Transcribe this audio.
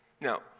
Now